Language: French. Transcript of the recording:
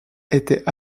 étaient